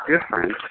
different